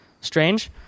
strange